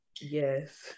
Yes